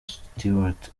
stewart